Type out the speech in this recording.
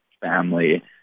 family